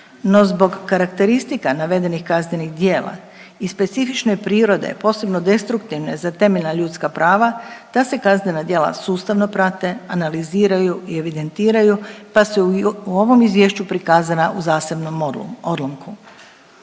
no zbog karakteristika navedenih kaznenih djela i specifične prirode, posebno destruktivne za temeljna ljudska prava ta se kaznena djela sustavno prate, analiziraju i evidentiraju pa su i u ovom izvješću prikazana u zasebnom odlomku.